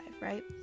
right